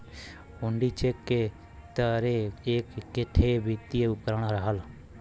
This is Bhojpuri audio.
हुण्डी चेक के तरे एक ठे वित्तीय उपकरण रहल